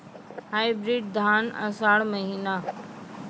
Hybrid धान आषाढ़ महीना?